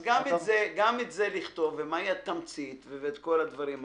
אז גם לכתוב מה היתה התמצית ואת כל הדברים האלה.